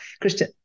Christian